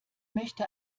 möchte